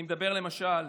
אני מדבר, למשל,